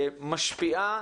משפיעה